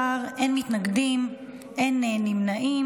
17, אין מתנגדים, אין נמנעים.